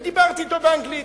ודיברתי אתו באנגלית.